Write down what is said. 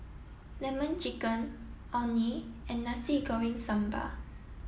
lemon chicken Orh Nee and Nasi Goreng Sambal